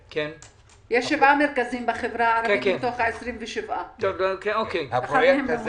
יש שבעה מרכזים בחברה המרכזית מתוך 27. הפרויקט הזה